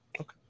okay